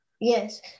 Yes